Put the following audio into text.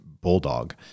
bulldog